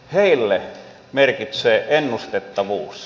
heille merkitsee ennustettavuus